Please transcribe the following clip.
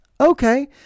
okay